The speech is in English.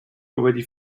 already